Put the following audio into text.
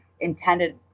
intended